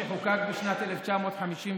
שחוקק בשנת 1953,